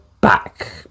back